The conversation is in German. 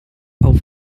auf